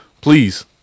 Please